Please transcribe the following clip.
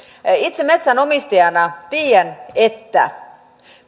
itse metsänomistajana tiedän että